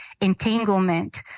entanglement